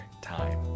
time